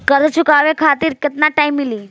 कर्जा चुकावे खातिर केतना टाइम मिली?